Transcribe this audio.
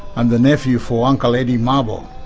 i'm the nephew for uncle eddie mabo,